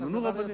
מונו רבנים.